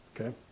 Okay